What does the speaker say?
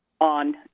on